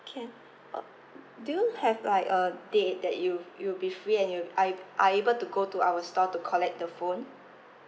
can uh do you have like a date that you you'll be free and you are are able to go to our store to collect the phone